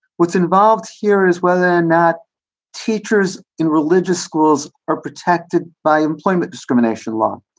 what's involved here is whether or not teachers in religious schools are protected by employment discrimination law.